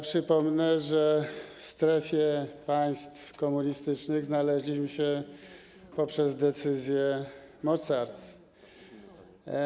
Przypomnę, że w strefie państw komunistycznych znaleźliśmy się w wyniku decyzji mocarstw.